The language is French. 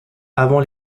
avant